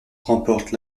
remporte